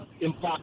impact